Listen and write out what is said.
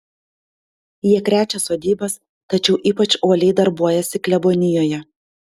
jie krečia sodybas tačiau ypač uoliai darbuojasi klebonijoje